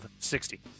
60